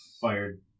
fired